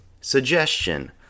Suggestion